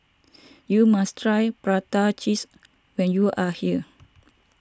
you must try Prata Cheese when you are here